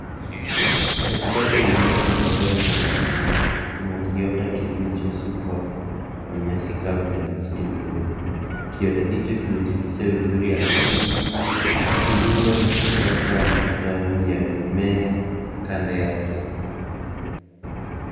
Katikati ya mimea yenye majani mabichi, kuna kiota kilichosukwa kwa nyasi kavu na vijiti vidogo. Kiota hicho kimefunikwa vizuri ardhini kikilindwa na vichaka na matawi ya mimea kando yake.